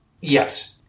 Yes